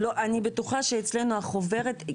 אני בטוחה שאצלנו החוברת,